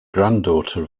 granddaughter